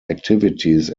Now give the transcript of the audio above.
activities